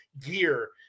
gear